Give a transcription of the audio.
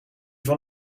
van